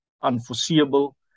unforeseeable